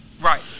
Right